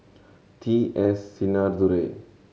T S Sinnathuray